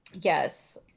Yes